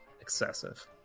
excessive